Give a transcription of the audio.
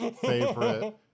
favorite